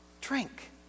drink